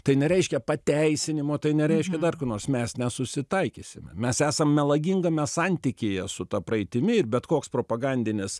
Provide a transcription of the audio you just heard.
tai nereiškia pateisinimo tai nereiškia dar ko nors mes nesusitaikysime mes esam melagingame santykyje su ta praeitimi ir bet koks propagandinis